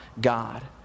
God